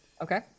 Okay